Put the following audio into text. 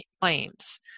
claims